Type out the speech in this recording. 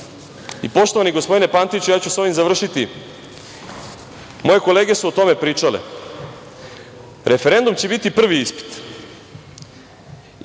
vlast. Poštovani gospodine Pantiću, ja ću sa ovim završiti, moje kolege su o tome pričale, referendum će biti prvi ispit